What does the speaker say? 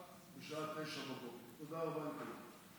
הוא חילק את המחנה לשני מחנות: